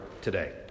today